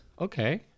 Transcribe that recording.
Okay